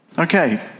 Okay